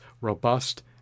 robust